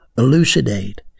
elucidate